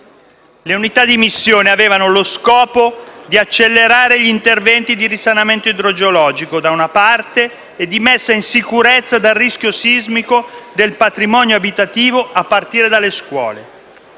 Le unità di missione avevano lo scopo di accelerare gli interventi di risanamento idrogeologico e di messa in sicurezza dal rischio sismico del patrimonio abitativo a partire dalle scuole.